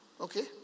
okay